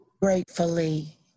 gratefully